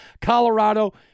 Colorado